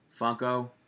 Funko